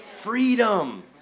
Freedom